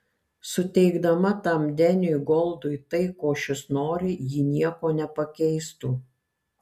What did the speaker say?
suteikdama tam deniui goldui tai ko šis nori ji nieko nepakeistų